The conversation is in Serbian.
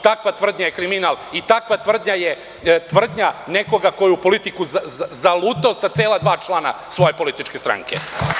Takva tvrdnja je kriminal i takva tvrdnja je tvrdnja nekoga ko je u politiku zalutao sa cela dva člana svoje političke stranke.